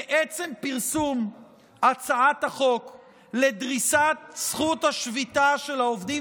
ועצם פרסום הצעת החוק לדריסת זכות השביתה של העובדים